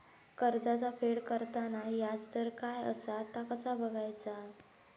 कर्जाचा फेड करताना याजदर काय असा ता कसा बगायचा?